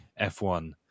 F1